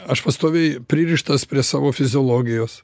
aš pastoviai pririštas prie savo fiziologijos